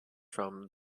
from